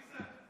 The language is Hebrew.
מי זה?